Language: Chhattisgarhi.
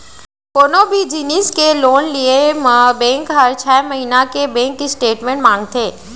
कोनों भी जिनिस के लोन लिये म बेंक हर छै महिना के बेंक स्टेटमेंट मांगथे